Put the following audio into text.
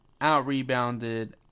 Out-rebounded